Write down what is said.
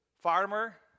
farmer